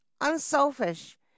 unselfish